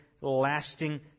lasting